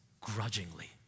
grudgingly